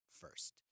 first